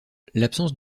l’absence